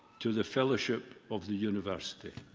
to the fellowship of the university.